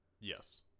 Yes